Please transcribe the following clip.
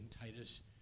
Titus